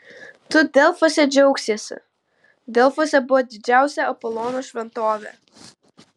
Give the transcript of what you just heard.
tu delfuose džiaugsiesi delfuose buvo didžiausia apolono šventovė